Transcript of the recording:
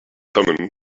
thummim